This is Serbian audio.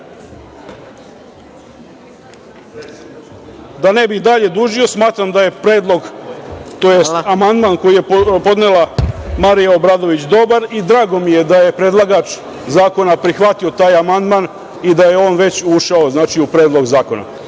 ne bih dalje dužio, smatram da je amandman koji je podnela Marija Obradović dobar i drago mi je da je predlagač zakona prihvatio taj amandman i da je on ušao u Predlog zakona.